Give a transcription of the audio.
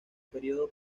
periodo